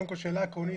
קודם כל שאלה עקרונית,